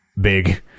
big